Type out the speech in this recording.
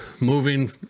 moving